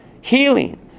healing